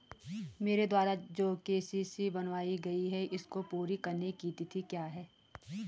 मेरे द्वारा जो के.सी.सी बनवायी गयी है इसको पूरी करने की तिथि क्या है?